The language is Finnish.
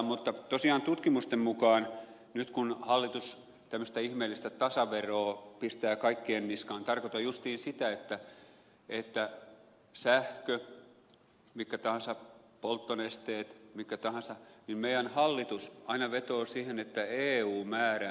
mutta tosiaan tutkimusten mukaan nyt kun hallitus tämmöistä ihmeellistä tasaveroa pistää kaikkien niskaan tarkoitan justiin sitä että sähkö mitkä tahansa polttonesteet mitkä tahansa niin meidän hallitus aina vetoaa siihen että eu määrää ne